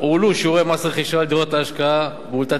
הועלו שיעורי מס רכישה על דירות להשקעה והועלתה